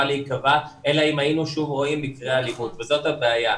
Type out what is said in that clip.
להיקבע אלא אם היינו שוב רואים מקרי אלימות וזאת הבעיה.